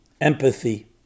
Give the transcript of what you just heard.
empathy